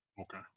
Okay